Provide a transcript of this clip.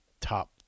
top